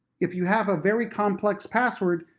if you have a very complex password,